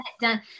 done